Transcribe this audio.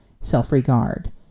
self-regard